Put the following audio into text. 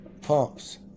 pumps